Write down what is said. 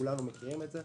כולנו מכירים את זה,